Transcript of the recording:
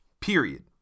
period